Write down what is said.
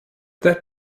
that